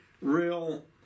real